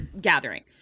gathering